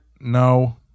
No